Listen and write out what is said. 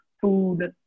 Food